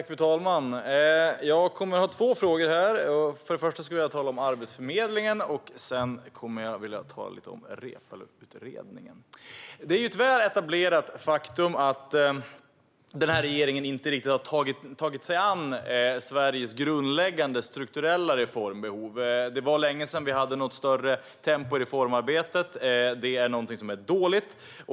Fru talman! Jag har två frågor. Först skulle jag vilja tala om Arbetsförmedlingen. Sedan kommer jag att tala lite om Reepaluutredningen. Det är ett väl etablerat faktum att den här regeringen inte riktigt har tagit sig an Sveriges grundläggande strukturella reformbehov. Det var länge sedan vi hade något större tempo i reformarbetet, och det är dåligt.